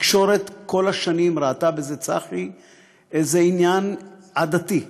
התקשורת כל השנים ראתה בזה איזה עניין עדתי,